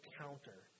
counter